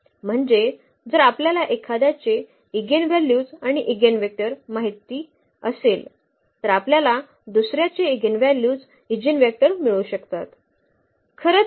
म्हणजे जर आपल्याला एखाद्याचे ईगेनव्हल्यूज आणि ईगेनवेक्टर माहित असेल तर आपल्याला दुसर्याचे ईगेनव्हल्यूज ईजीनवेक्टर मिळू शकतात